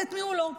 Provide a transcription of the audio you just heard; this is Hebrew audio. ואת מי הוא לא.